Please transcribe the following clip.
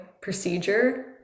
procedure